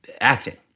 acting